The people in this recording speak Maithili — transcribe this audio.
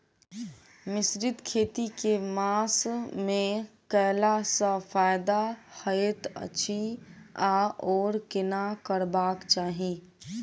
मिश्रित खेती केँ मास मे कैला सँ फायदा हएत अछि आओर केना करबाक चाहि?